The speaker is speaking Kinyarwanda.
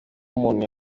umuntu